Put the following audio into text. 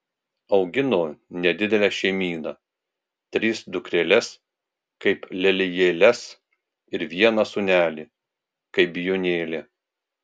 augino nedidelę šeimyną tris dukreles kaip lelijėles ir vieną sūnelį kaip bijūnėlį